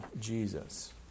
Jesus